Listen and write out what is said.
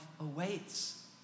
awaits